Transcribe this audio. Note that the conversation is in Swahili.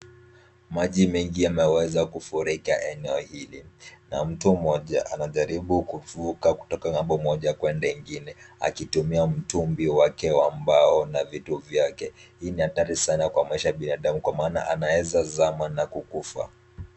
Maji mengi yameweza kufurika eneo hili na mtu mmoja anajaribu kuvuka kutoka ng'ambo moja hadi nyingine akitumia mtumbi wake wa mbao na vitu vyake, hii ni hatari sana kwa maisha ya binadamu kwa maana anaeza kuzama na kukufa.